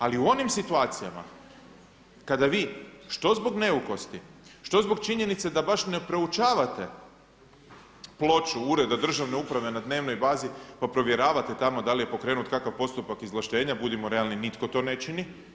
Ali u onim situacijama kada vi što zbog neukosti, što zbog činjenice da baš ne proučavate ploču Ureda državne uprave na dnevnoj bazi pa provjeravate tamo da li je pokrenut kakav postupak izvlaštenja, budimo realni nitko to ne čini.